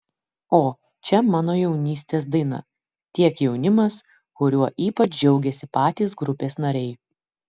o čia mano jaunystės daina tiek jaunimas kuriuo ypač džiaugiasi patys grupės nariai